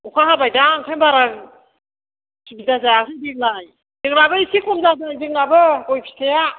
अखा हाबायदां ओंखायनो बारा सुबिदा जायाखै देग्लाय जोंनाबो एसे खम जादों जोंनाबो गय फिथाइआ